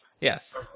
Yes